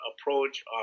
approach